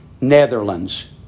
Netherlands